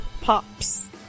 pops